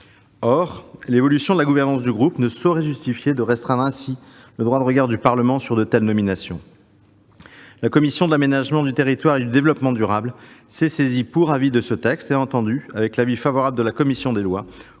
Or l'évolution de la gouvernance du groupe ne saurait justifier de restreindre ainsi le droit de regard du Parlement sur de telles nominations. La commission de l'aménagement du territoire et du développement durable s'est saisie pour avis de ce texte et a entendu, avec l'avis favorable de la commission des lois,